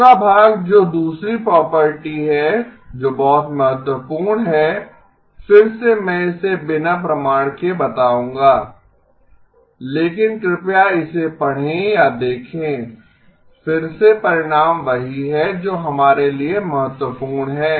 दूसरा भाग जो दूसरी प्रॉपर्टी है जो बहुत महत्वपूर्ण है फिर से मैं इसे बिना प्रमाण के बताऊंगा लेकिन कृपया इसे पढ़ें या देखें फिर से परिणाम वही है जो हमारे लिए महत्वपूर्ण है